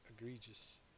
egregious